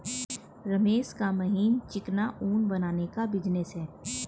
रमेश का महीन चिकना ऊन बनाने का बिजनेस है